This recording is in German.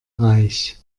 reich